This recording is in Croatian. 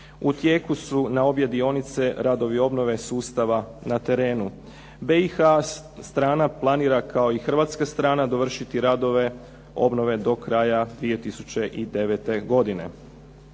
U tijeku su na obje dionice radovi obnove sustava na terenu. BiH strana planira, kao i hrvatska strana, dovršiti radove obnove do kraja 2009. godine.